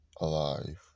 alive